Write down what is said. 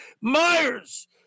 Myers